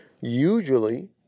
usually